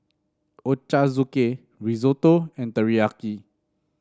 Ochazuke Risotto and Teriyaki